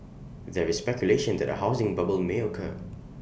there is speculation that A housing bubble may occur